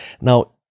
Now